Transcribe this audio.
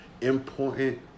important